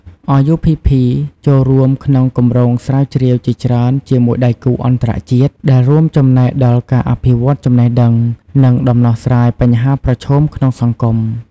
RUPP ចូលរួមក្នុងគម្រោងស្រាវជ្រាវជាច្រើនជាមួយដៃគូអន្តរជាតិ ដែលរួមចំណែកដល់ការអភិវឌ្ឍចំណេះដឹង និងដំណោះស្រាយបញ្ហាប្រឈមក្នុងសង្គម។